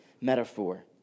metaphor